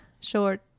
short